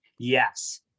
yes